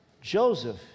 Joseph